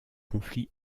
conflits